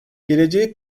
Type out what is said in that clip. geleceği